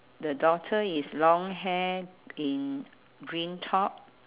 the daughter is long hair in green top